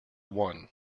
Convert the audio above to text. one